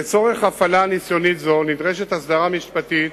לצורך הפעלה ניסיונית זו נדרשת הסדרה משפטית